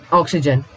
oxygen